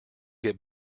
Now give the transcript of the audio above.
get